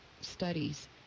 studies